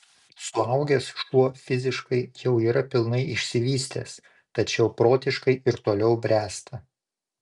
suaugęs šuo fiziškai jau yra pilnai išsivystęs tačiau protiškai ir toliau bręsta